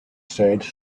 shades